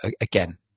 Again